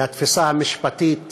והתפיסה המשפטית